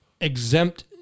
exempt